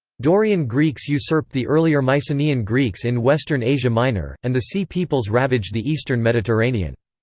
dorian greeks usurped the earlier mycenaean greeks in western asia minor, and the sea peoples ravaged the eastern mediterranean.